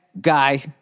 guy